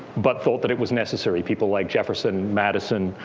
but thought that it was necessary. people like jefferson, madison,